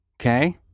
Okay